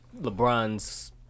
lebron's